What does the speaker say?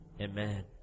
Amen